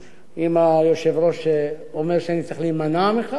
כמובן אני מודה לכל השרים שתמכו בהצעה.